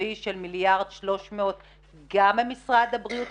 רוחבי של מיליארד ו-300 מיליון שקלים גם במשרד הבריאות,